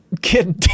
kid